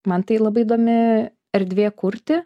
man tai labai įdomi erdvė kurti